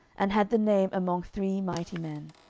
and had the name among three mighty men.